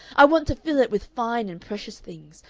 i want to fill it with fine and precious things.